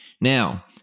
Now